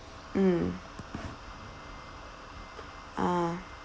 mm ah